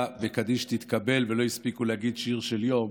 ו"קדיש תתקבל" ולא הספיקו להגיד שיר של יום,